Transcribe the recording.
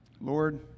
Lord